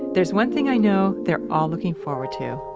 there's one thing i know they're all looking forward to